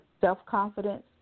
self-confidence